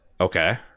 Okay